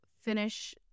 finish